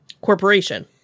corporation